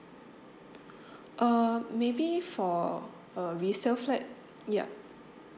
uh maybe for a resale flat yup